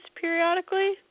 periodically